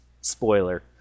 spoiler